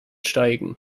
steigen